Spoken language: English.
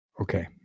Okay